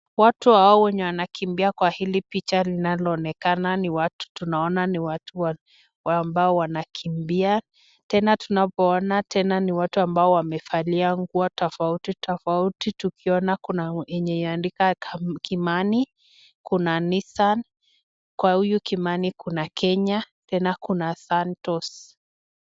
Watu hao wenye wanakimbia kwa hili picha linaloonekana ni watu, tunaona ni watu ambao wanakimbia. Tena tunavyoona tena ni watu ambao wamevalia nguo tofauti tofauti tukiona kuna yenye imeandikwa Kimani, kuna nissan , kwa huyu Kimani kuna Kenya, tena kuna Santos.